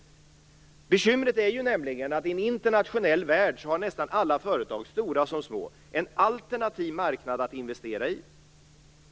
Bekymret är nämligen att i en internationell värld så har nästan alla företag - stora som små - en alternativ marknad att investera i.